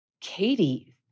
Katie